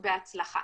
בהצלחה.